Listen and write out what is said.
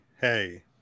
hey